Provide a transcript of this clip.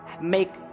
make